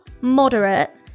moderate